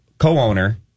co-owner